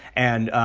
and,